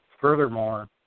Furthermore